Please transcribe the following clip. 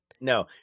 no